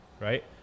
right